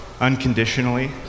unconditionally